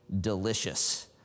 delicious